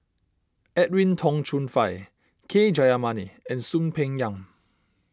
Edwin Tong Chun Fai K Jayamani and Soon Peng Yam